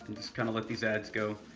just kinda let these ads go.